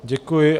Děkuji.